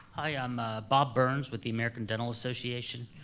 i'm bob burns with the american dental association.